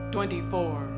Twenty-four